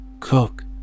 Cook